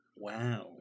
Wow